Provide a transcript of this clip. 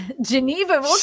Geneva